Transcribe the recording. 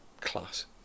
class